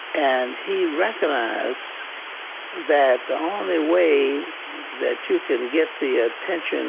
and he recognized that the only way that you can get the attention